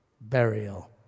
burial